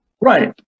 Right